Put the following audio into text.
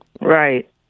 Right